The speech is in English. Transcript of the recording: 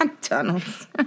Tunnels